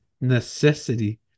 necessity